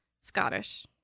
Scottish